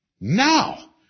Now